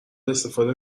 استفاده